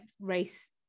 race